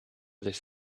this